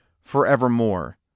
forevermore